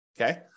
Okay